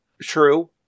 true